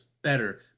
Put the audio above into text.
Better